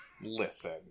listen